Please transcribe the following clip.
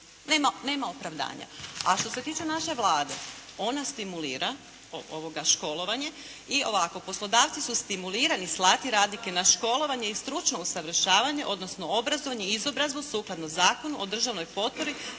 Nema opravdanja. A što se tiče naše Vlade ona stimulira školovanje i ovako poslodavci su stimulirani slati radnike na školovanje i stručno usavršavanje odnosno obrazovanje, izobrazbu sukladno Zakonu o državnoj potpori